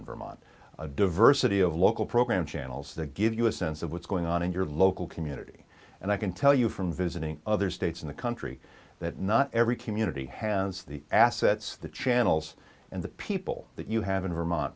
in vermont a diversity of local program channels that give you a sense of what's going on in your local community and i can tell you from visiting other states in the country that not every community has the assets the channels and the people that you have in vermont